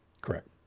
Correct